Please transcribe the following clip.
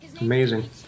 Amazing